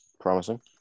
promising